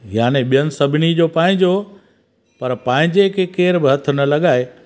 यानि ॿियनि सभिनी जो पंहिंजो पर पंहिंजे खे केर बि हथ न लॻाए